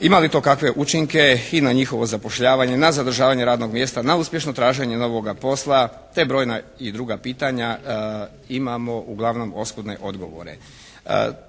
Ima li to kakve učinke i na njihovo zapošljavanje, na zadržavanje radnog mjesta, na uspješno traženje novoga posla te brojna i druga pitanja imamo uglavnom oskudne odgovore.